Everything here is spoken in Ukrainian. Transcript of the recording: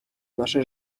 наше